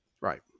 Right